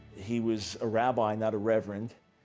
he was a rabbi, not a reverend.